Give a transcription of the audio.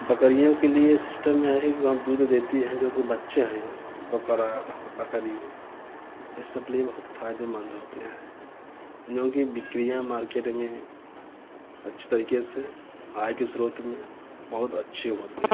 बकरियों के लिए सिस्टम यह है कि वह दूध देती हैं जो कि बच्चे हैं बकरा बकरी ये सब के लिए बहुत फ़ायदेमंद होते हैं इन लोगों की बिक्रियाँ मार्केट में अच्छे तरीके से आय के स्रोत में बहुत अच्छे होते हैं